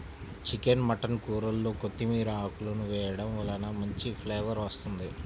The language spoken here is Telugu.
చికెన్ మటన్ కూరల్లో కొత్తిమీర ఆకులను వేయడం వలన మంచి ఫ్లేవర్ వస్తుంది